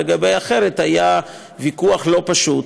ולגבי אחרת היה ויכוח לא פשוט,